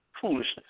foolishness